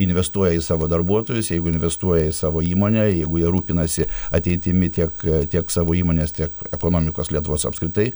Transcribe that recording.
investuoja į savo darbuotojus jeigu investuoja į savo įmonę jeigu jie rūpinasi ateitimi tiek tiek savo įmonės tiek ekonomikos lietuvos apskritai